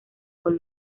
con